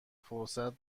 فرصت